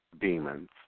demons